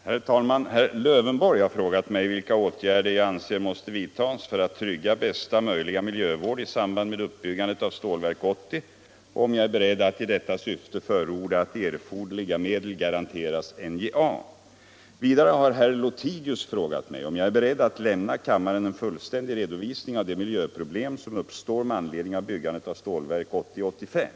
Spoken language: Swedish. Herr Lövenborg har frågat mig vilka åtgärder jag anser måste.vidtagas för att trygga bästa möjliga miljövård i samband med uppbyggandet av Stålverk 80 och om jag är beredd att i detta syfte förorda att erforderliga medel garanteras NJA. Vidare har herr Lothigius frågat mig om jag är beredd att lämna kammaren en fullständig redovisning av de miljöproblem som uppstår med anledning av byggandet av Stålverk 80-85.